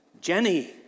Jenny